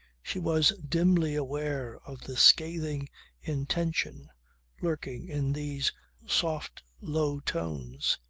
she was dimly aware of the scathing intention lurking in these soft low tones,